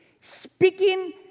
speaking